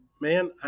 man